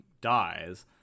dies